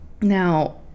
Now